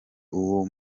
uwo